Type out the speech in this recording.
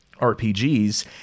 RPGs